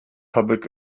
public